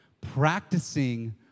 practicing